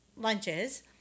lunches